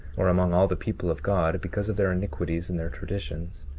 or among all the people of god because of their iniquities and their traditions,